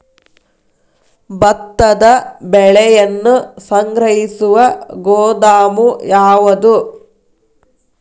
ಭತ್ತದ ಬೆಳೆಯನ್ನು ಸಂಗ್ರಹಿಸುವ ಗೋದಾಮು ಯಾವದು?